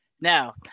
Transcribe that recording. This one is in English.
Now